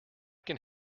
can